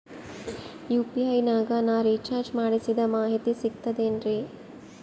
UPI ನಾಗ ನಾ recharge ಮಾಡಿಸಿದ ಮಾಹಿತಿ ಸಿಕ್ತದೆ ಏನ್ರಿ?